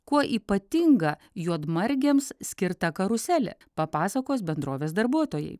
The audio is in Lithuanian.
kuo ypatinga juodmargėms skirta karuselė papasakos bendrovės darbuotojai